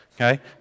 okay